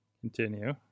Continue